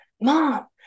mom